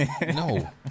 No